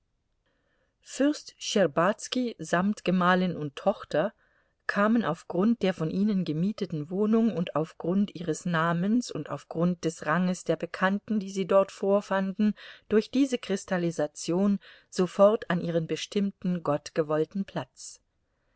fürst schtscherbazki samt gemahlin und tochter kamen auf grund der von ihnen gemieteten wohnung und auf grund ihres namens und auf grund des ranges der bekannten die sie dort vorfanden durch diese kristallisation sofort an ihren bestimmten gottgewollten platz